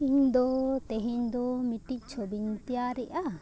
ᱤᱧ ᱫᱚ ᱛᱮᱦᱮᱧ ᱫᱚ ᱢᱤᱫᱴᱤᱡ ᱪᱷᱚᱵᱤᱧ ᱛᱮᱭᱟᱨᱮᱜᱼᱟ